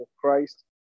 Christ